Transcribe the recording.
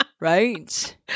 Right